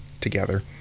together